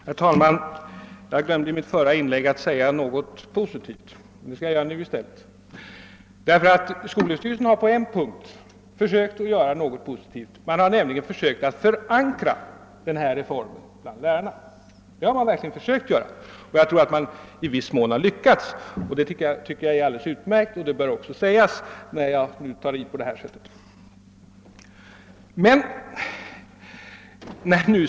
Herr talman! Jag glömde i mitt förra inlägg att säga något positivt men det skall jag i stället göra nu. Skolöverstyrelsen har nämligen på denna punkt försökt att göra en positiv insats. Man har strävat efter att förankra denna reform bland lärarna, och jag tror att man i viss mån lyckats med detta. Jag tycker att det är utmärkt, och det vill jag också deklarera när jag tar i på detta sätt.